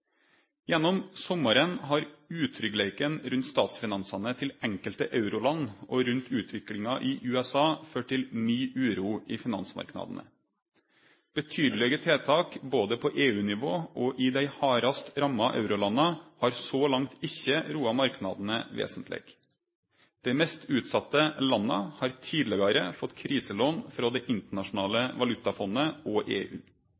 Gjennom sommaren har utryggleiken rundt statsfinansane til enkelte euroland og rundt utviklinga i USA ført til ny uro i finansmarknadene. Betydelege tiltak både på EU-nivå og i dei hardast ramma eurolanda har så langt ikkje roa marknadene vesentleg. Dei mest utsette landa har tidlegare fått kriselån frå Det internasjonale valutafondet og EU.